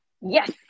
Yes